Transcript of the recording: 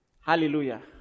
Hallelujah